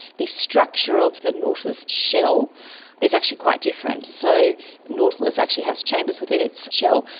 the structure of the nautilus shell is actually quite different. so nautilus actually has chambers within its shell,